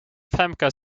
femke